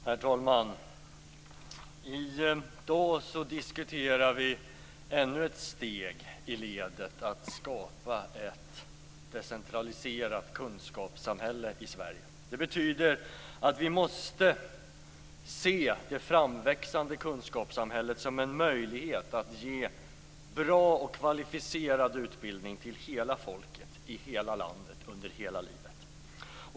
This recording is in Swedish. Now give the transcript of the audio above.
Herr talman! I dag diskuterar vi ännu ett steg i ledet att skapa ett decentraliserat kunskapssamhälle i Sverige. Det betyder att vi måste se det framväxande kunskapssamhället som en möjlighet att ge bra och kvalificerad utbildning till hela folket i hela landet under hela livet.